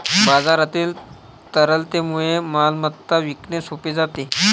बाजारातील तरलतेमुळे मालमत्ता विकणे सोपे होते